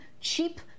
cheap